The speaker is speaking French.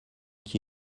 qui